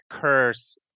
curse